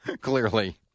Clearly